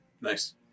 Nice